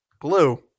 Blue